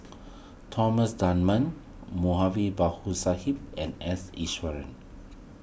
Thomas Dunman Moulavi Babu Sahib and S Iswaran